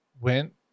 went